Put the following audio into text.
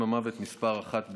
משפחות יקרות,